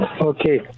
Okay